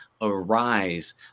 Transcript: arise